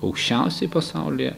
aukščiausiai pasaulyje